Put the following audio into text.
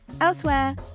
Elsewhere